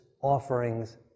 offerings